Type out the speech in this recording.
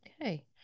okay